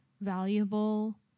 valuable